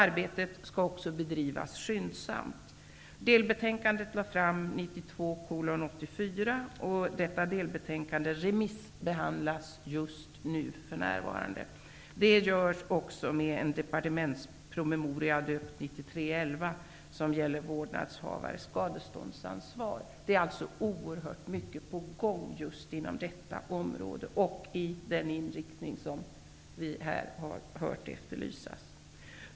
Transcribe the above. Arbetet skall bedrivas skyndsamt. Delbetänkande 84 lades fram 1992 och för närvarande remissbehandlas det. Det gäller också departementspromemorian DepPM93:11 om vårdnadshavares skadeståndsansvar. Oerhört mycket är alltså på gång just i fråga om detta område och just den inriktning som här efterlysts.